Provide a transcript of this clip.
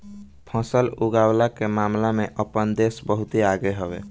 फसल उगवला के मामला में आपन देश बहुते आगे हवे